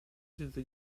senza